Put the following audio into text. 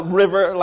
river